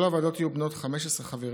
כל הוועדות יהיו בנות 15 חברים.